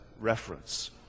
reference